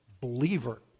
believer